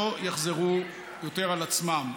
לא יחזור יותר על עצמו.